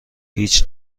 هیچ